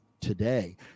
today